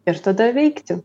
ir tada veikti